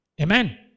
Amen